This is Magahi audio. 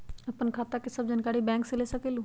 आपन खाता के सब जानकारी बैंक से ले सकेलु?